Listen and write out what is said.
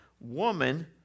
woman